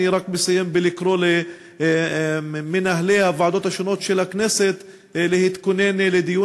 אני רק מסיים בלקרוא למנהלי הוועדות השונות של הכנסת להתכונן לדיון